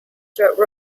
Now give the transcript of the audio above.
throughout